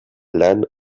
lan